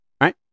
right